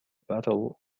battle